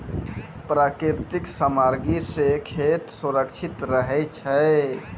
प्राकृतिक सामग्री सें खेत सुरक्षित रहै छै